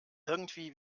irgendwie